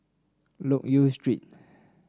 Loke Yew Street